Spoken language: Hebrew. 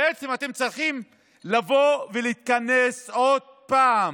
בעצם, אתם צריכים לבוא ולהיכנס עוד פעם